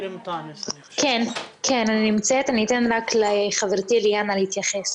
אני נמצאת, אני אתן לחברתי ליאנה להתייחס.